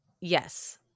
yes